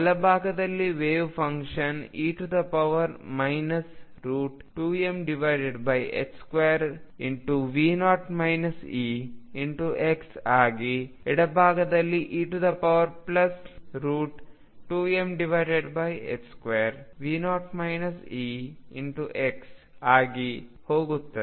ಬಲಭಾಗದಲ್ಲಿ wave function e 2m2V0 Exಆಗಿ ಎಡಭಾಗದಲ್ಲಿ e2m2V0 Ex ಆಗಿ ಹೋಗುತ್ತದೆ